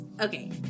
Okay